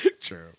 true